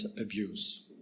abuse